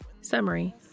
summary